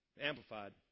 Amplified